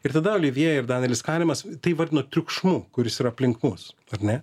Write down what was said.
ir tada olivjė ir danielis kanemas tai vadina triukšmu kuris yra aplink mus ar ne